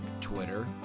Twitter